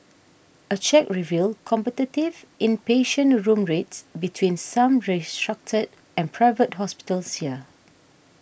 a check revealed competitive inpatient room rates between some restructured and Private Hospitals here